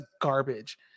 garbage